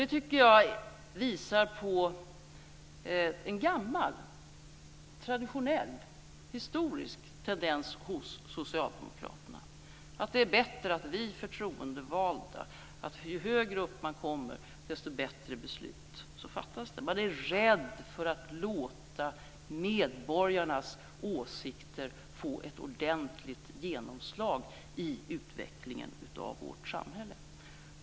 Det tycker jag visar på en gammal, traditionell, historisk tendens hos Socialdemokraterna att det är bättre att vi förtroendevalda fattar besluten och ju högre upp man kommer, desto bättre beslut fattas. Man är rädd för att låta medborgarnas åsikter få ett ordentligt genomslag i utvecklingen av vårt samhälle.